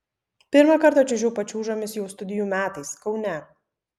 pirmą kartą čiuožiau pačiūžomis jau studijų metais kaune